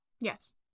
Yes